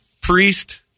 Priest